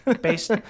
Based